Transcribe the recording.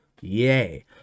Yay